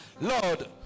Lord